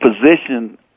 position